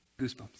goosebumps